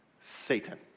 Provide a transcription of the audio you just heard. Satan